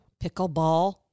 pickleball